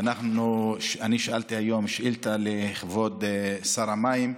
אני שאלתי היום שאילתה את כבוד שר המים,